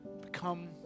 become